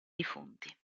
defunti